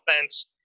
offense